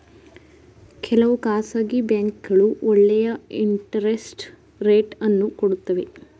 ಕೆಲವು ಖಾಸಗಿ ಬ್ಯಾಂಕ್ಗಳು ಒಳ್ಳೆಯ ಇಂಟರೆಸ್ಟ್ ರೇಟ್ ಅನ್ನು ಕೊಡುತ್ತವೆ